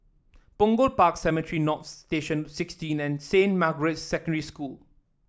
Punggol Park Cemetry North Station sixteen and Saint Margaret's Secondary School